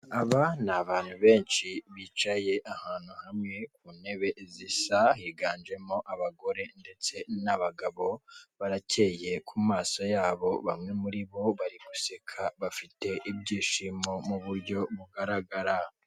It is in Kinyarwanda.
Aba ni abantu benshi bicaye ahantu hamwe ku ntebe zisa higanjemo abagore ndetse n'abagabo barakeye ku maso yabo bamwe muri bo bari guseka bafite ibyishimo mu buryo bugaragara .